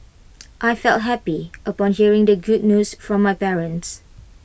I felt happy upon hearing the good news from my parents